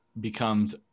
becomes